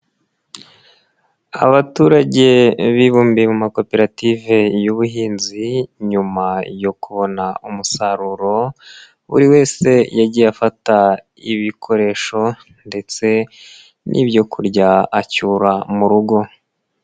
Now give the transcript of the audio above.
Abaturage bibumbiye mu makoperative y'ubuhinzi, nyuma yo kubona umusaruro buri wese yagiye afata ibikoresho ndetse n'ibyo kurya acyura mu rugo.